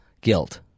guilt